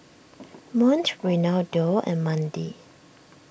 Mont Reynaldo and Mandie